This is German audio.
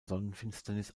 sonnenfinsternis